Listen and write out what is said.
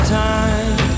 time